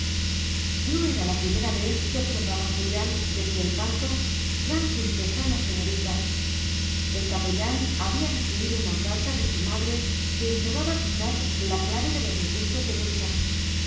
no era la primera vez que observaba julián desde el parto gran tristeza en la señorita el capellán había recibido una carta de su madre que encerraba quizás la clave de los disgustos de nucha